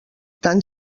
tant